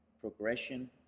progression